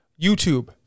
YouTube